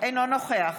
אינו נוכח